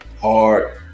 hard